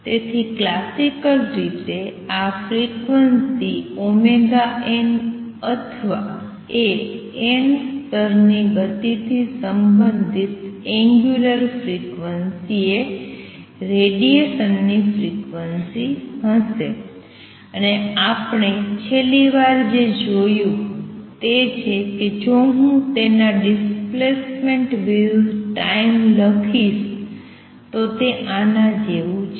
તેથી ક્લાસિકલ રીતે આ ફ્રિક્વન્સી ωn અથવા એ n સ્તરની ગતિથી સંબંધિત એંગ્યુલર ફ્રિક્વન્સી એ રેડિએશનની ફ્રિક્વન્સી હશે અને આપણે છેલ્લી વાર જે જોયું તે છે કે જો હું તેના ડિસ્પ્લેસમેન્ટ વિરુધ્ધ ટાઇમ લખીશ તો તે આના જેવું છે